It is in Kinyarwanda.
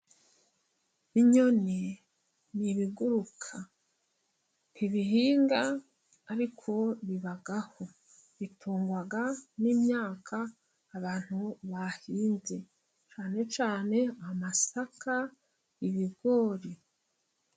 Inyoni ni ibiguruka ntibihinga ariko bibaho. Bitungwa n'imyaka abantu bahinze cyane cyane amasaka, ibigori.